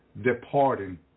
departing